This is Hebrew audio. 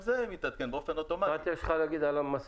ולאותם קציני בטיחות וכל אלה שעוסקים בנדון,